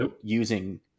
using